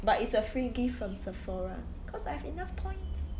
but it's a free gift from Sephora because I have enough points